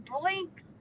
blink